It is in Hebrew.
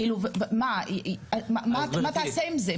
אז מה תעשה עם זה?